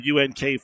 UNK